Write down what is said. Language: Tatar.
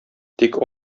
тик